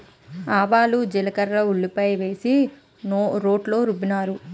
ఆవాలు జీలకర్ర ఉల్లిపాయలు వేసి రోట్లో రుబ్బినారు